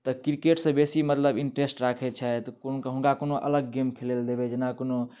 तऽ क्रिकेटसँ बेसी मतलब इंट्रेस्ट राखैत छथि कोन हुनका कोनो अलग गेम खेलय लेल देबै जेना कोनो